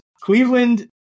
Cleveland